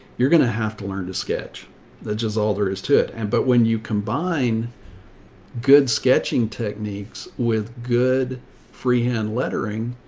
you're going to have to learn to sketch that just all there is to it. and, but when you combine good sketching techniques with good freehand lettering,